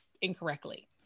incorrectly